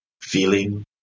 feeling